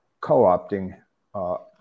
co-opting